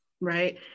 Right